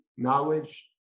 Knowledge